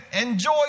Enjoy